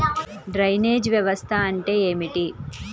Drainage వ్యవస్థ అంటే ఏమిటి?